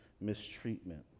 mistreatment